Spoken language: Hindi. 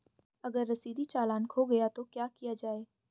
अगर रसीदी चालान खो गया तो क्या किया जाए?